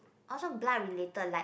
also blood related like